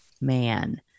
man